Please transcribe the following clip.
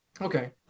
Okay